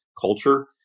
culture